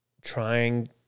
trying